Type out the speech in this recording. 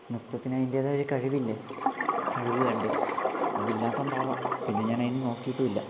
നൃത്തത്തിന് അതിന്റേതായ ഒരു കഴിവില്ലേ കഴിവ് വേണ്ടേ അതില്ലാത്തതുകൊണ്ടാവാം പിന്നെ ഞാൻ അതിന് നോക്കിയിട്ടുമില്ല